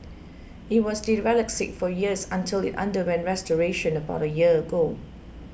it was derelict for years until it underwent restoration about a year ago